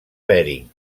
bering